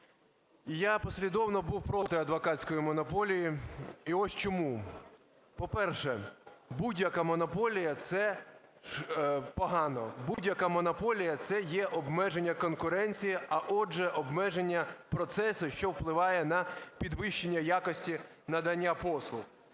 я послідовно був проти адвокатської монополії. І ось чому. По-перше, будь-яка монополія – це погано, будь-яка монополія – це є обмеження конкуренції, а, отже, обмеження процесу, що впливає на підвищення якості надання послуг.